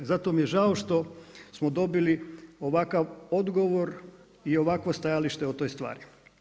Zato mi je žao što smo dobili ovakav odgovor i ovakvo stajalište o toj stvari.